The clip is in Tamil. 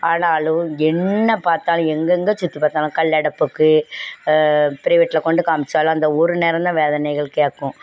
ஆனாலும் என்ன பார்த்தாலும் எங்கேங்க சுற்றி பார்த்தாலும் கல் அடைப்புக்கு ப்ரைவேட்டில் கொண்டு காமிச்சாலும் அந்த ஒரு நேரம்தான் வேதனைகள் கேட்கும்